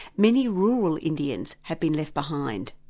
many rural indians have been left behind,